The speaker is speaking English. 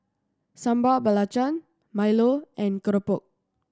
Sambal Belacan milo and keropok